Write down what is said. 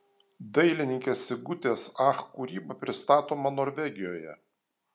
dailininkės sigutės ach kūryba pristatoma norvegijoje